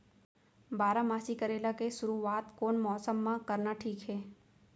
बारामासी करेला के शुरुवात कोन मौसम मा करना ठीक हे?